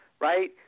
right